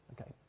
Okay